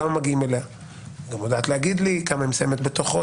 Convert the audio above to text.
היא גם יודעת להגיד לי בכמה היא מסיימת